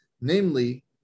Namely